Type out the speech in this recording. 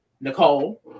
Nicole